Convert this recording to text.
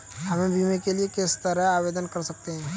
हम बीमे के लिए किस तरह आवेदन कर सकते हैं?